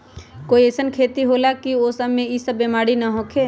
कोई अईसन खेती होला की वो में ई सब बीमारी न होखे?